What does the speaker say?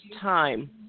time